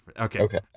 okay